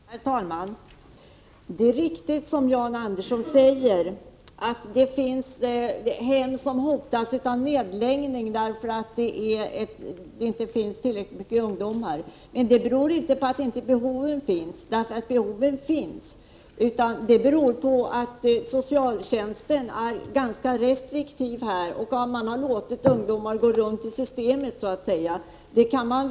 Herr talman! Det är riktigt, som Jan Andersson säger, att det finns hem som hotas av nedläggning därför att det inte finns tillräckligt med ungdomar. Vissa socjorgärsyrosor Men det beror inte på att behoven inte finns, utan det beror på att socialtjänsten är ganska restriktiv och har låtit ungdomar så att säga gå runt i systemet.